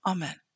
Amen